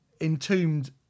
Entombed